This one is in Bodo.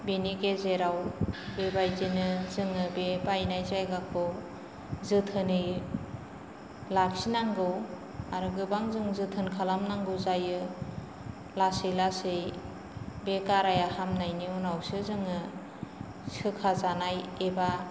बेनि गेरेजेराव बेबायदिनो जोङो बे बायनाय जायगाखौ जोथोनै लाखिनांगौ आरो गोबां जों जोथोन खालाम नांगौ जायो लासै लासै बे गाराइया हामनायनि उनावसो जोङो सोखाजानाय एबा